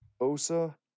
Osa